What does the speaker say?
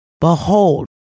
Behold